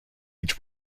each